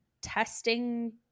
testing